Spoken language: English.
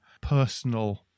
personal